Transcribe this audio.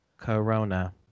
Corona